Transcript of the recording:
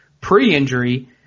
pre-injury